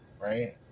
Right